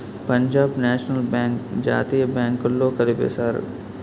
Punjab National Bank జాతీయ బ్యాంకుల్లో కలిపేశారు